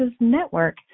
Network